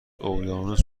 اقیانوس